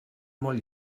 molt